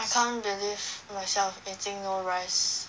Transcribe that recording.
I can't imagine myself eating no rice